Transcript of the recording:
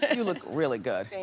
ah you look really good.